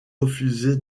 refuser